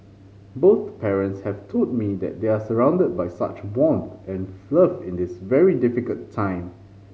both parents have told me that they are surrounded by such warmth and in this very difficult time